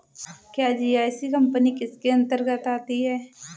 क्या GIC company इसके अन्तर्गत आती है?